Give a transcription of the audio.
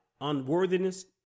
unworthiness